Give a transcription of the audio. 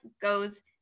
goes